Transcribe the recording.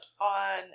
on